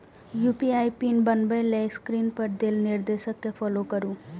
UPI PIN बनबै लेल screen पर देल निर्देश कें फॉलो करू